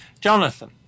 Jonathan